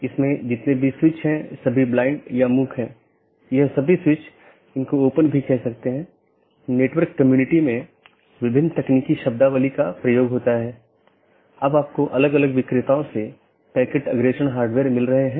इसका मतलब है कि सभी BGP सक्षम डिवाइस जिन्हें BGP राउटर या BGP डिवाइस भी कहा जाता है एक मानक का पालन करते हैं जो पैकेट को रूट करने की अनुमति देता है